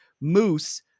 moose